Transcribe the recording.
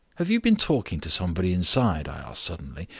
have you been talking to somebody inside? i asked suddenly,